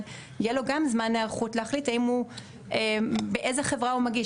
יהיה לו גם זמן היערכות להחליט באיזו חברה הוא מגיש?